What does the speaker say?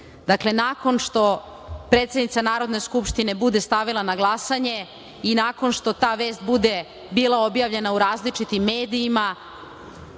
Srbije. Nakon što predsednica Narodne skupštine bude stavila na glasanje i nakon što ta vest bude bila objavljena u različitim medijima,